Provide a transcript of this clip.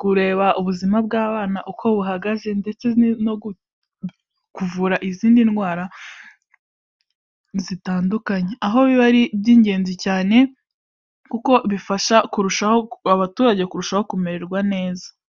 kureba ubuzima bw'abana uko buhagaze ndetse no kuvura izindi ndwara zitandukanye, aho biba ari iby'ingenzi cyane kuko bifasha abaturage kurushaho kumererwa neza.